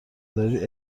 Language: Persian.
دارید